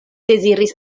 deziris